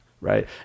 right